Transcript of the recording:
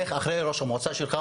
לך אחרי ראש המועצה שלך,